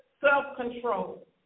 self-control